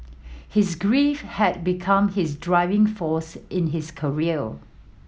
his grief had become his driving force in his career